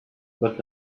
but